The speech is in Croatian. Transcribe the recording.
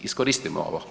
Iskoristimo ovo.